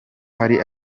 hari